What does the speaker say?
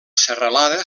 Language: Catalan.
serralada